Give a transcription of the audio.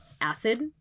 acid